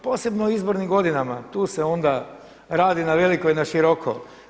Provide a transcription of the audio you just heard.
Posebno u izbornim godinama, tu se onda radi na veliko i na široko.